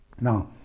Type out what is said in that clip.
Now